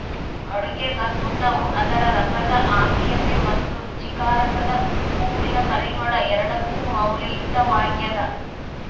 ಅಡುಗೆಗಸುಣ್ಣವು ಅದರ ರಸದ ಆಮ್ಲೀಯತೆ ಮತ್ತು ರುಚಿಕಾರಕದ ಹೂವಿನ ಪರಿಮಳ ಎರಡಕ್ಕೂ ಮೌಲ್ಯಯುತವಾಗ್ಯದ